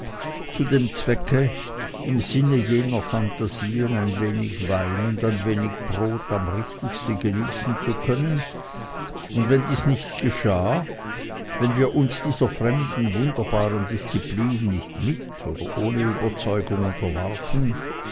zu dem zwecke im sinne jener phantasien ein wenig wein und ein wenig brot am richtigsten genießen zu können und wenn dies nicht geschah wenn wir uns dieser fremden wunderbaren disziplin nicht mit oder ohne überzeugung unterwarfen